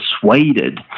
persuaded